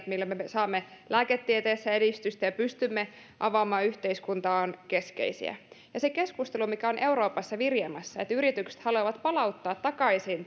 millä me me saamme lääketieteessä edistystä ja pystymme avaamaan yhteiskuntaa ovat keskeisiä siinä keskustelussa mikä on euroopassa viriämässä että yritykset haluavat palauttaa takaisin